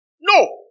No